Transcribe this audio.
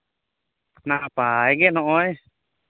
ᱱᱟᱯᱟᱭ ᱜᱮ ᱱᱚᱜᱼᱚᱭ